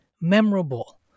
memorable